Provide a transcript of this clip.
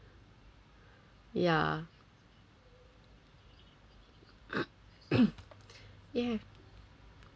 yeah yeah